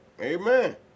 amen